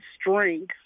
strength